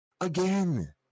Again